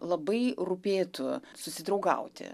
labai rūpėtų susidraugauti